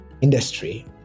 industry